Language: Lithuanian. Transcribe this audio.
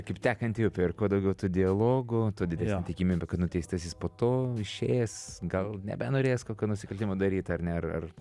kaip tekanti upė ir kuo daugiau tų dialogų tuo didesnė tikimybė kad nuteistasis po to išėjęs gal nebenorės kokio nusikaltimo daryt ar ne ar ar